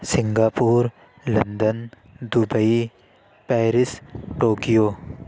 Singapore London Dubai Paris Tokyo